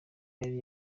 yari